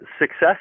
success